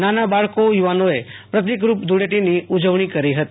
નાના બાળકો યુ વાનોએ પ્રતિકરૂપ ધ્ર ળેટીની ઉજવણી કરી હતી